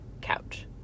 couch